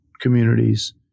communities